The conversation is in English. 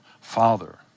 father